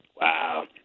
Wow